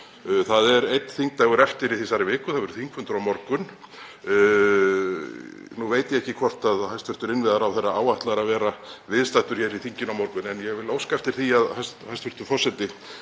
Það er einn þingdagur eftir í þessari viku, það verður þingfundur á morgun. Nú veit ég ekki hvort hæstv. innviðaráðherra áætlar að vera viðstaddur hér í þinginu á morgun, en ég vil óska eftir því að hæstv. forseti